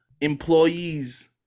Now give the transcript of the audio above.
employees